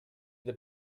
the